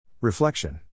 Reflection